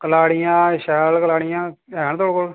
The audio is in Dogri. कलाड़ियां शैल कलाड़ियां हैन थुआढ़े कोल